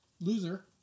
Loser